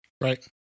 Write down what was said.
Right